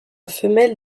femelle